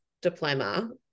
diploma